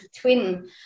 twin